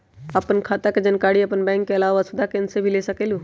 आपन खाता के जानकारी आपन बैंक के आलावा वसुधा केन्द्र से भी ले सकेलु?